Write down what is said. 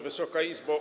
Wysoka Izbo!